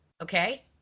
okay